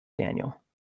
Daniel